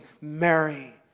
Mary